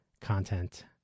content